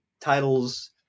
titles